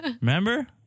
remember